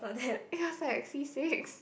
it was like C six